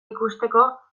ikusteko